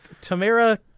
Tamara